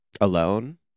alone